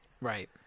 right